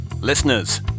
listeners